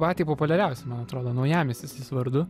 patį populiariausią man atrodo naujamiestis jis vardu